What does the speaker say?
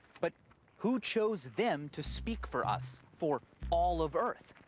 but who chose them to speak for us, for all of earth?